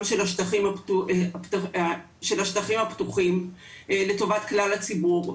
של השטחים הפתוחים לטובת כלל הציבור.